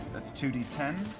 that's two d